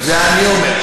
את זה אני אומר.